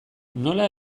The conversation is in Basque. nola